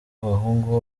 bahunga